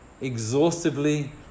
exhaustively